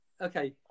okay